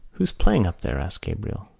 who's playing up there? asked gabriel.